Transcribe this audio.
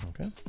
okay